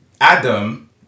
Adam